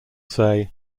say